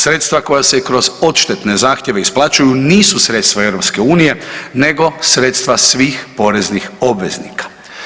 Sredstva koja se kroz odštetne zahtjeve isplaćuju nisu sredstva EU nego sredstva svih poreznih obveznika.